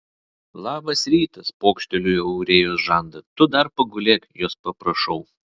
labas rytas pokšteliu į aurėjos žandą tu dar pagulėk jos paprašau